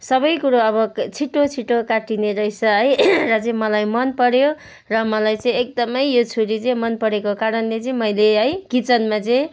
सबै कुरो अब छिटो छिटो काटिने रहेछ है र चाहिँ मलाई मन पर्यो र मलाई चाहिँ एकदमै यो छुरी चाहिँ मन परेको कारणले चाहिँ मैले है किचनमा चाहिँ